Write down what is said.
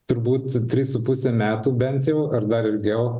turbūt trys su puse metų bent jau ar dar ilgiau